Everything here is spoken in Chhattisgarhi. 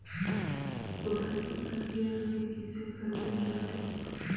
कुदारी अलगे अलगे किसिम कर बइन रहथे